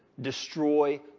destroy